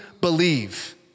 believe